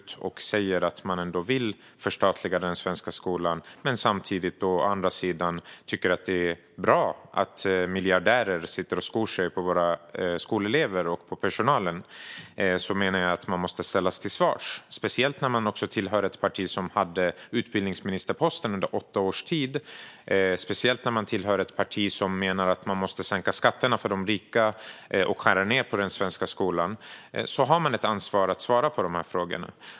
Ett parti säger att man vill förstatliga den svenska skolan men tycker samtidigt att det är bra att miljardärer skor sig på våra elever och personalen. Då måste man ställas till svars, speciellt när man tillhör ett parti som hade utbildningsministerposten under åtta års tid och som menar att skatterna för de rika måste sänkas och att det måste skäras ned på den svenska skolan. Då har man ett ansvar att svara på de frågorna.